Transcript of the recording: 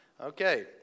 Okay